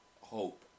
hope